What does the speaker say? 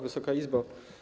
Wysoka Izbo!